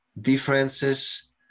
differences